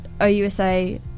OUSA